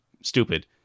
stupid